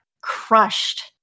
crushed